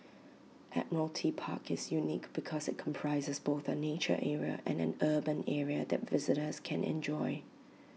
Admiralty Park is unique because IT comprises both A nature area and an urban area that visitors can enjoy